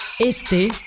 Este